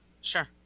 sure